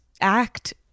act